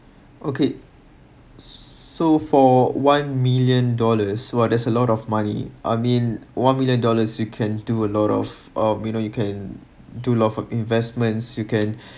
okay so for one million dollars !wah! there's a lot of money I mean one million dollars you can do a lot of uh you know you can do lots of investments you can